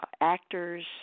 actors